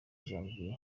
janvier